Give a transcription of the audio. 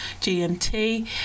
GMT